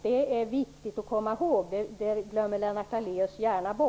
Det är viktigt att komma ihåg. Den glömmer Lennart Daléus gärna bort.